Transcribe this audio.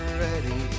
ready